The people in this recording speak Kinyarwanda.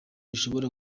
ushobora